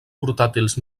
portàtils